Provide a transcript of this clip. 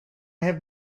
have